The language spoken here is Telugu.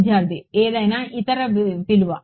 విద్యార్థి ఏదైనా ఇతర విలువ